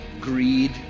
greed